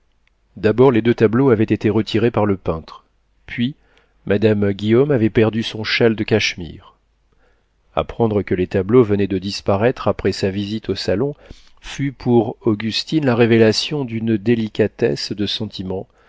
d'abord les deux tableaux avaient été retirés par le peintre puis madame guillaume avait perdu son châle de cachemire apprendre que les tableaux venaient de disparaître après sa visite au salon fut pour augustine la révélation d'une délicatesse de sentiment